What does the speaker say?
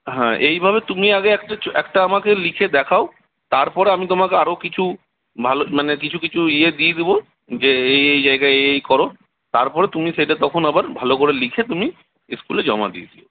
হ্যাঁ এইভাবে তুমি আগে একটা একটা আমাকে লিখে দেখাও তারপর আমি তোমাকে আরও কিছু ভালো মানে কিছু কিছু ইয়ে দিয়ে দেব যে এই এই জায়গায় এই এই করো তারপরে তুমি সেইটা তখন আবার ভালো করে লিখে তুমি স্কুলে জমা দিয়ে দিও